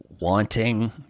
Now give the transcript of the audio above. wanting